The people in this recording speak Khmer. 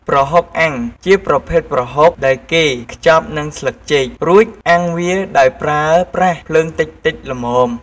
ប្រហុកអាំង ជាប្រភេទប្រហុកដែលគេខ្ចប់នឹងស្លឹកចេក រួចអាំងវាដោយប្រើប្រាស់ភ្លើងតិចៗល្មម។